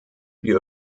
wir